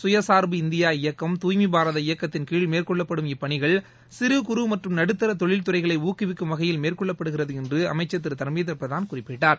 கயசார்பு இந்தியா இயக்கம் தூய்மை பாரத் இயக்கத்தின்கீழ் மேற்கொள்ளப்படும் இப்பணிகள் சிறு குறு மற்றும் நடுத்தர தொழில் துறைகளை ஊக்குவிக்கும் வகையில் மேற்கொள்ளப்படுகிறது என்று அமைச்சா் திரு தர்மேந்திர பிரதான் குறிப்பிட்டார்